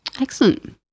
Excellent